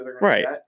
right